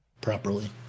properly